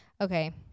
Okay